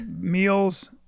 Meals